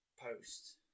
post